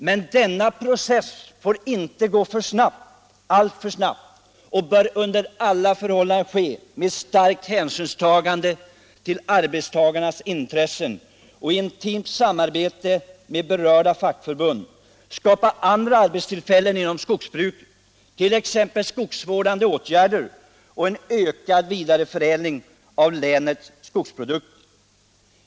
Men denna process får inte gå alltför snabbt, och den bör under alla förhållanden ske med stort hänsynstagande till arbetstagarnas intressen. I intimt samarbete med berörda fackförbund bör man skapa andra arbetstillfällen inom skogsbruket, t.ex. genom skogsvårdande åtgärder och ökad vidareförädling av länets skogsprodukter.